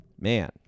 man